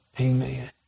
Amen